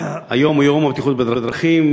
היום הוא יום הבטיחות בדרכים,